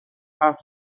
حرف